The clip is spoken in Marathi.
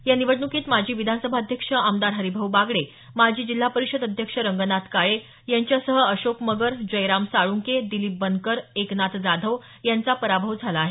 या निवडणुकीत माजी विधानसभा अध्यक्ष आमदार हरिभाऊ बागडे माजी जिल्हा परिषद अध्यक्ष रंगनाथ काळे यांच्यासह अशोक मगर जयराम साळूंके दिलीप बनकर एकनाथ जाधव यांचा पराभव झाला आहे